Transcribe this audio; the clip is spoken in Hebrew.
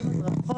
הדרכות.